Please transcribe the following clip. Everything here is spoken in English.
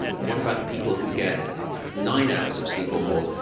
what about the people who get nine hours of sleep or more?